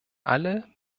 alle